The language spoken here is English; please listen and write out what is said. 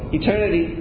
eternity